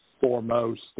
foremost